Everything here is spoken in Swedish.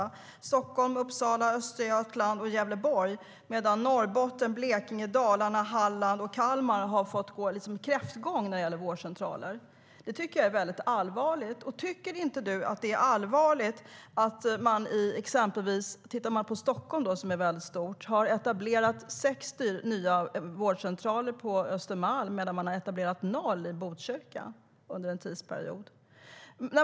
Det gäller Stockholm, Uppsala, Östergötland och Gävleborg, medan Norrbotten, Blekinge, Dalarna, Halland och Kalmar har fått gå kräftgång när det gäller vårdcentraler. Det tycker jag är allvarligt. Tycker du inte att det är allvarligt att man i exempelvis Stockholm har etablerat 60 nya vårdcentraler på Östermalm medan man etablerat noll i Botkyrka under en viss tidsperiod?